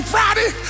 Friday